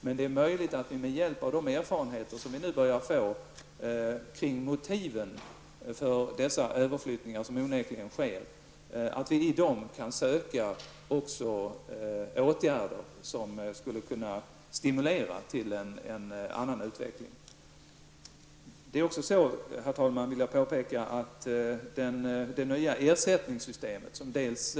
Men det är möjligt att vi genom de erfarenheter vi nu börjar få när det gäller motiven kring de överflyttningar som onekligen sker kan söka åtgärder som skulle kunna stimulera till en annan utveckling. Herr talman! Jag vill också påpeka att det nya ersättningssystemet underlättar för kommunerna.